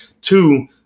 Two